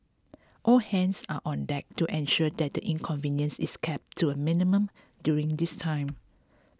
all hands are on deck to ensure that the inconvenience is kept to a minimum during this time